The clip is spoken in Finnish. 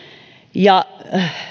ja